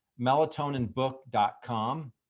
melatoninbook.com